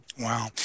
Wow